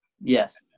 Yes